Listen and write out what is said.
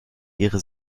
ihre